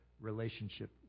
relationship